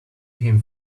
him